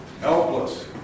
Helpless